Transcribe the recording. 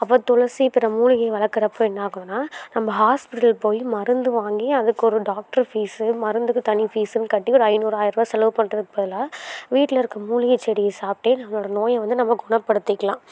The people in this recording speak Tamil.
அப்போ துளசி பிற மூலிகை வளர்க்கறப்ப என்ன ஆகுதுனா நம்ம ஹாஸ்பிட்டலுக்கு போய் மருந்து வாங்கி அதுக்கு ஒரு டாக்டரு ஃபீஸு மருந்துக்கு தனி ஃபீஸுன்னு கட்டி ஒரு ஐந்நூறு ஆயிர்ரூபா செலவு பண்ணுறதுக்குப் பதிலாக வீட்டில் இருக்கற மூலிகை செடியைய சாப்பிட்டே நம்மளோடய நோயை வந்து நம்ம குணப்படுத்திக்கலாம்